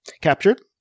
captured